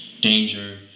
danger